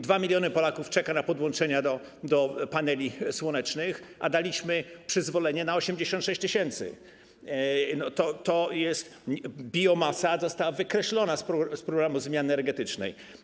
2 mln Polaków czeka na podłączenia do paneli słonecznych, a daliśmy przyzwolenie na 86 tys. Biomasa została wykreślona z programu zmiany energetycznej.